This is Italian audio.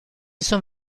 son